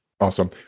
Awesome